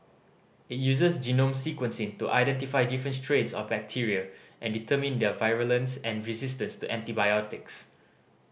it uses genome sequencing to identify different strains of bacteria and determine their virulence and resistance to antibiotics